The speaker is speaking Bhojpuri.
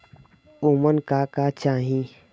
उमन का का चाही?